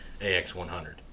AX100